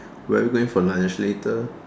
where are we going for lunch later